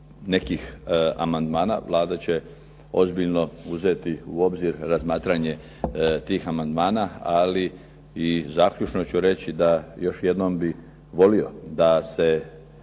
nekih amandmana. Vlada će ozbiljno uzeti u obzir razmatranje tih amandmana. Ali i zaključno ću reći da još jednom bih volio da se